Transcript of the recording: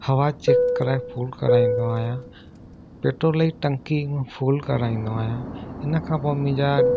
हवा चैक कराए फुल कराईंदो आहियां पेट्रोल जी टंकी फुल कराईंदो आहियां इन खां पोइ मुंहिंजा